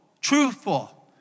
truthful